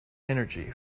energy